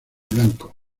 blanco